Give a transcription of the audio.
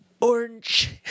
Orange